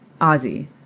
Ozzy